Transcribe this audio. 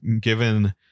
given